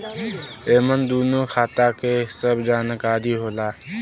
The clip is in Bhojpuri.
एमन दूनो खाता के सब जानकारी होला